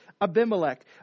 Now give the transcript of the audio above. Abimelech